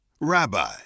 Rabbi